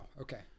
Okay